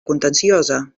contenciosa